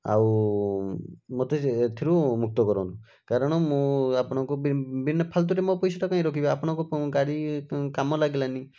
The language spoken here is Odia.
ଆଉ ମୋତେ ଏଥିରୁ ମୁକ୍ତ କରନ୍ତୁ କାରଣ ମୁଁ ଆପଣଙ୍କ ବିନା ଫାଲ୍ତୁରେ ମୋ ପଇସାଟା କାଇଁ ରଖିବେ ଆପଣଙ୍କ ଗାଡ଼ି କାମରେ ଲାଗିଲାନି